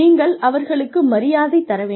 நீங்கள் அவர்களுக்கு மரியாதை தர வேண்டும்